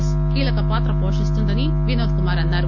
yes కీలక పాత్ర పోషిస్తుందనీ వినోద్ కుమార్ అన్నారు